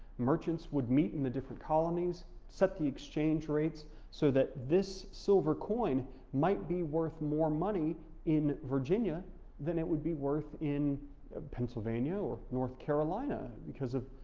merchants would meet in the different colonies, set the exchange rates so that this silver coin might be worth more money in virginia than it would be worth in pennsylvania or north carolina because of